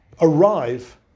arrive